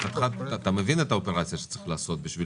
אתה מבין את האופרציה שצריך לעשות בשביל